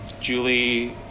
julie